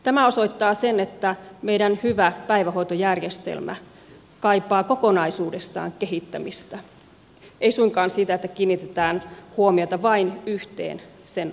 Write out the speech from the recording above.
tämä osoittaa sen että meidän hyvä päivähoitojärjestelmämme kaipaa kokonaisuudessaan kehittämistä ei suinkaan sitä että kiinnitetään huomiota vain yhteen sen osaseen